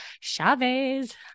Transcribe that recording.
Chavez